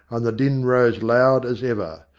and the din rose loud as ever.